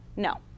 No